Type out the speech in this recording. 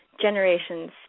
generations